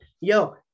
yo